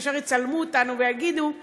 כי ישר יצלמו אותנו ויגידו.